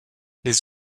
les